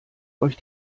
euch